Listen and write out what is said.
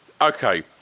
Okay